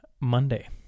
Monday